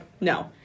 no